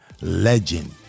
legend